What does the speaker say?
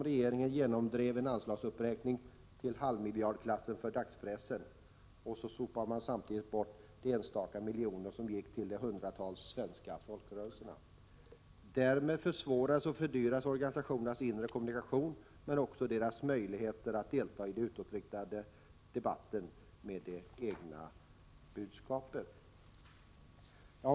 Regeringen genomdrev en anslagsuppräkning till halvmiljardklassen av stödet till dagspressen samtidigt som man sopade bort de enstaka miljoner som gick till de hundratals svenska folkrörelserna. Därmed försvårades och fördyrades organisationernas inre kommunikation men också deras möjligheter att delta i den utåtriktade debatten med det egna budskapet.